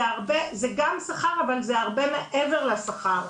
זה גם שכר, אבל זה הרבה מעבר לשכר.